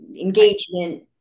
engagement